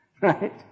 Right